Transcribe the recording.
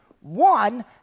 One